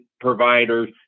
providers